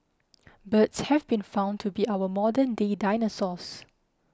birds have been found to be our modern day dinosaurs